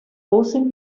forcing